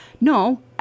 No